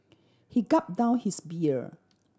he gulp down his beer